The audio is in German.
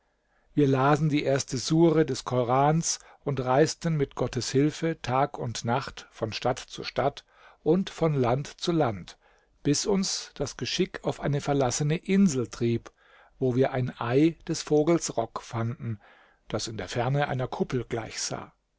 wir lasen die erste sureh des korans und reisten mit gottes hilfe tag und nacht von stadt zu stadt und von land zu land bis uns das geschick auf eine verlassene insel trieb wo wir ein ei des vogels rock fanden das in der ferne einer kuppel gleich